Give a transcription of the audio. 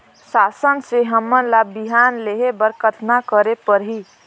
शासन से हमन ला बिहान लेहे बर कतना करे परही?